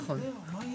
נכון.